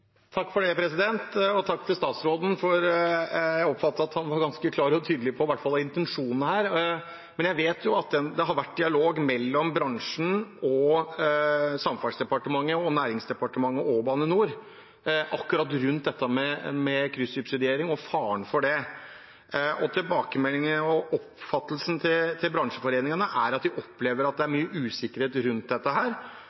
Takk til statsråden, jeg oppfattet at han var ganske klar og tydelig i hvert fall på intensjonen her. Jeg vet jo at det har vært dialog mellom bransjen, Samferdselsdepartementet, Næringsdepartementet og Bane NOR rundt akkurat dette med kryssubsidiering og faren med det. Tilbakemeldingen og oppfattelsen til bransjeforeningene er at de opplever at det er mye usikkerhet rundt dette, og at det er